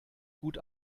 gut